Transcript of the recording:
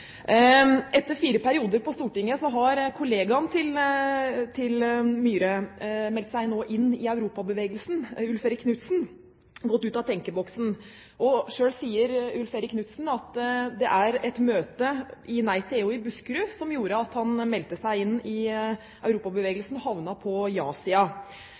Etter fire perioder på Stortinget har kollegaen til Myhre, Ulf Erik Knudsen, nå gått ut av tenkeboksen og meldt seg inn i Europabevegelsen. Selv sier Ulf Erik Knudsen at det var et møte i Nei til EU i Buskerud som gjorde at han meldte seg inn i Europabevegelsen og havnet på